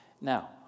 Now